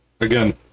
again